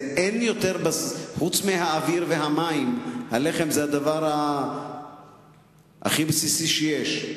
חוץ מהאוויר ומהמים הלחם זה הדבר הכי בסיסי שיש,